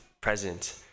present